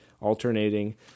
alternating